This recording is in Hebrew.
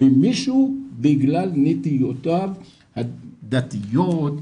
במישהו בגלל נטיותיו הדתיות,